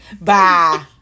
Bye